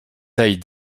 tailles